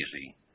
easy